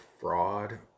fraud